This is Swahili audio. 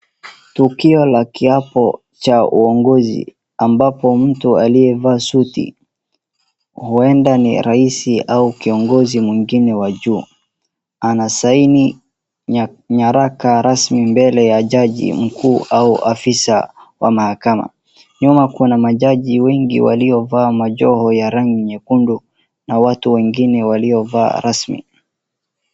Tukio la kiapo cha uongozi ambapo mtu aliyevaa suti, huenda ni rais au kiongozi mwingine wa juu, anasaini nya, nyaraka rasmi mbele ya jaji mkuu au afisa wa mahakama. Nyuma kuna majaji wengi waliovaa majoho ya rangi nyekundu na watu wengine waliovaa rasmi.